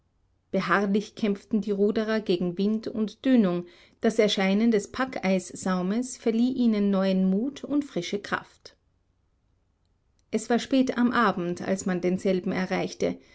beharrlich kämpften die ruderer gegen wind und dünung das erscheinen des packeissaumes verlieh ihnen neuen mut und frische kraft es war spät am abend als man denselben erreichte